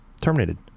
Terminated